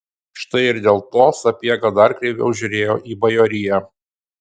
štai ir dėl to sapiega dar kreiviau žiūrėjo į bajoriją